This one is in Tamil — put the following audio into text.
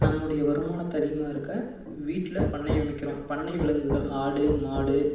நம்முடைய வருமானத்தை அதிகமாக இருக்க வீட்டில் பண்ணை அமைக்கிறோம் பண்ணை விலங்குகள் ஆடு மாடு